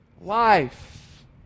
life